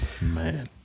Man